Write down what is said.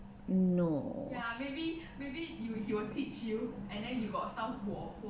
no